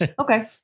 okay